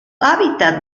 hábitat